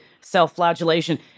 self-flagellation